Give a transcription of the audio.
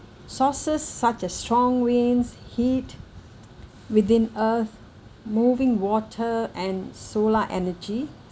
sources such as strong winds heat within earth moving water and solar energy